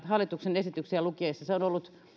hallituksen esityksiä lukiessa se on ollut